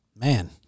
Man